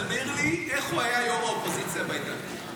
תסביר לי איך הוא היה יו"ר האופוזיציה בהתנתקות.